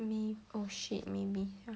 may~ oh shit maybe